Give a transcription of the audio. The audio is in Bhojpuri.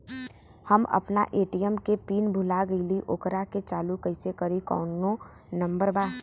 हम अपना ए.टी.एम के पिन भूला गईली ओकरा के चालू कइसे करी कौनो नंबर बा?